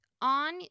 on